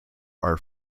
are